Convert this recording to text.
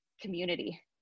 community